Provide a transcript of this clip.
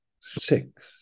six